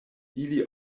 ili